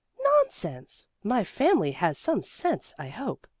nonsense! my family has some sense, i hope,